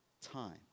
time